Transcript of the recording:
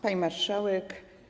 Pani Marszałek!